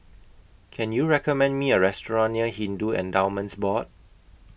Can YOU recommend Me A Restaurant near Hindu Endowments Board